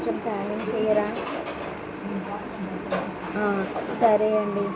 కొంచెం సాయం చేయరా సరే అండి